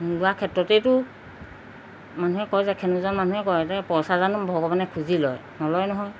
তেনেকুৱা ক্ষেত্ৰতেটো মানুহে কয় যে মানুহে কয় পইচা জানো ভগৱানে খুজি লয় নলয় নহয়